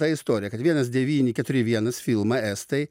tą istoriją kad vienas devyni keturi vienas filmą estai